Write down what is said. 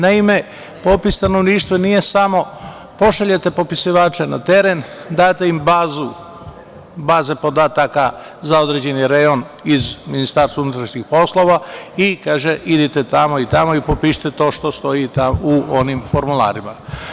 Naime, popis stanovništva nije samo pošaljete popisivače na teren, date im baze podataka za određeni reon iz Ministarstva unutrašnjih poslova i kaže idite tamo i tamo i popišite to što stoji u onim formularima.